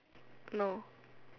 no